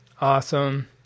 Awesome